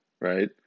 right